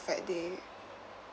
~fect day